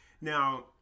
Now